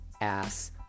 ass